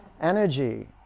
energy